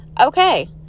okay